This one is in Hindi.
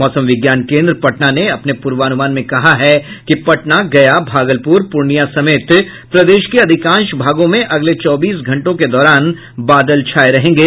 मौसम विज्ञान केन्द्र पटना ने अपने पूर्वानुमान में कहा है कि पटना गया भागलपुर पूर्णिया समेत प्रदेश के अधिकांश भागों में अगले चौबीस घंटों के दौरान बादल छाये रहेंगे